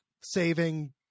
saving